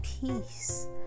peace